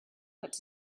what